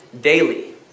daily